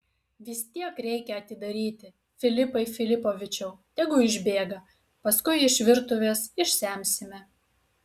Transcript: vis tiek reikia atidaryti filipai filipovičiau tegul išbėga paskui iš virtuvės išsemsime